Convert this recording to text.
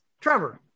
Trevor